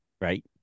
Right